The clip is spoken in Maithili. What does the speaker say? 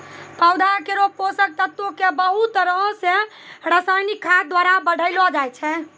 पौधा केरो पोषक तत्व क बहुत तरह सें रासायनिक खाद द्वारा बढ़ैलो जाय छै